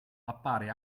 appare